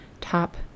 top